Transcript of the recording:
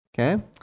okay